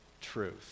truth